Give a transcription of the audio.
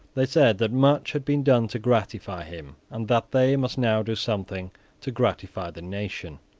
they said that much had been done to gratify him, and that they must now do something to gratify the nation.